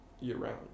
year-round